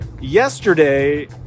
Yesterday